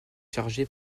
chargé